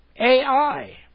AI